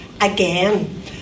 again